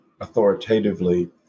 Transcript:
authoritatively